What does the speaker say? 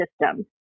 system